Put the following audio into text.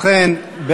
התשע"ד 2013, נתקבלה.